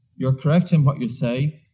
you're correct in what you say.